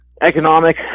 economic